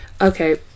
Okay